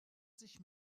sich